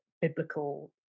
biblical